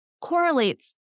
correlates